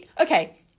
Okay